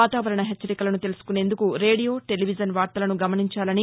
వాతావరణ హెచ్చరికలను తెలుసుకునేందుకు రేడియో టెలివిజన్ వార్తలను గమనించాలని